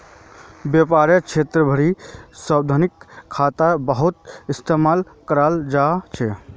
व्यापारेर क्षेत्रतभी सावधि खाता बहुत इस्तेमाल कराल जा छे